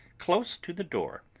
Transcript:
close to the door,